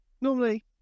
normally